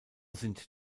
sind